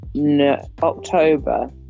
October